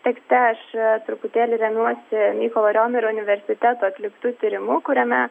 tiktai aš truputėlį remiuosi mykolo riomerio universiteto atliktu tyrimu kuriame